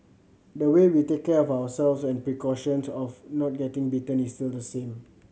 the way we take care of ourselves and precautions of not getting bitten is still the same